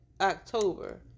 October-